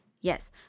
Yes